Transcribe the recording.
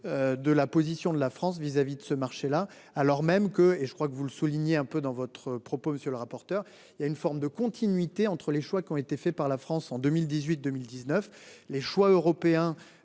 De la position de la France vis-à-vis de ce marché-là, alors même que et je crois que vous le soulignez un peu dans votre propos. Monsieur le rapporteur. Il y a une forme de continuité entre les choix qui ont été faits par la France en 2018 2019. Les choix européens.